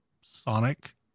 Sonic